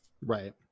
Right